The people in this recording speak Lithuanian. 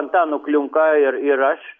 antanu kliunka ir ir aš